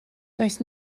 does